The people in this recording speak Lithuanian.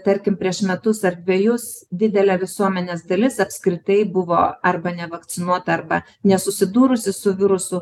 tarkim prieš metus ar dvejus didelė visuomenės dalis apskritai buvo arba nevakcinuota arba nesusidūrusi su virusu